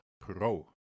pro